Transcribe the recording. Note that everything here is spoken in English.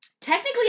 Technically